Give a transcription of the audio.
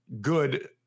good